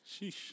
Sheesh